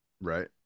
Right